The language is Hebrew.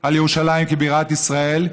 על ירושלים כבירת ישראל,